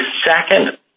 second